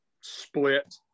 split